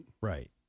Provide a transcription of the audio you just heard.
Right